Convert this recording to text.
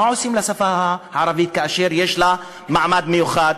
מה עושים לשפה הערבית כאשר יש לה מעמד מיוחד?